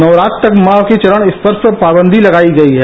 नवरात्र तक माँ के चरण स्पर्श पर पावंदी लगाई गई है